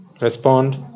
respond